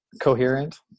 coherent